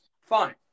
fine